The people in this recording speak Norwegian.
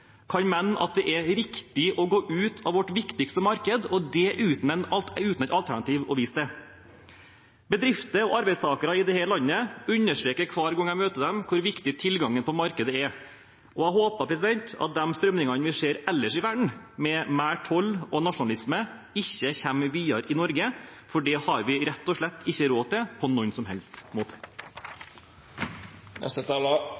kan mene at det er riktig å gå ut av vårt viktigste marked, og det uten et alternativ å vise til. Bedriftsledere og arbeidstakere i dette landet understreker hver gang jeg møter dem, hvor viktig tilgangen på markedet er, og jeg håper at de strømningene vi ser ellers i verden, med mer toll og nasjonalisme, ikke kommer videre i Norge, for det har vi rett og slett ikke råd til på noen som helst måte.